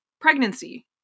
Pregnancy